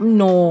no